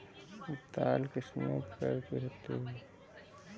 दाल कितने प्रकार की होती है?